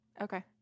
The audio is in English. Okay